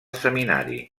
seminari